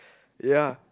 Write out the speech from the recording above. ya